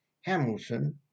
Hamilton